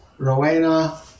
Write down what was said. Rowena